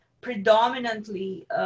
predominantly